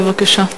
בבקשה.